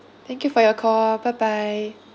thank you for your call bye bye